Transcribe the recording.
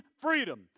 freedom